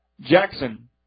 Jackson